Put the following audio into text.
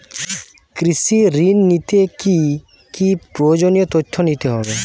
কৃষি ঋণ নিতে কি কি প্রয়োজনীয় তথ্য দিতে হবে?